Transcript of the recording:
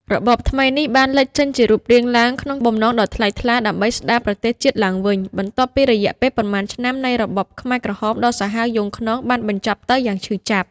របបថ្មីនេះបានលេចចេញជារូបរាងឡើង ក្នុងបំណងដ៏ថ្លៃថ្លាដើម្បីស្ដារប្រទេសជាតិឡើងវិញ បន្ទាប់ពីរយៈពេលប៉ុន្មានឆ្នាំនៃរបបខ្មែរក្រហមដ៏សាហាវយង់ឃ្នងបានបញ្ចប់ទៅយ៉ាងឈឺចាប់។